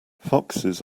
foxes